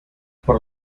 por